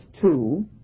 two